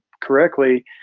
correctly